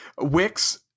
Wix